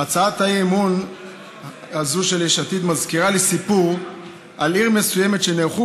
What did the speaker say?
הצעת האי-אמון הזו של יש עתיד מזכירה לי סיפור על עיר מסוימת שנערכו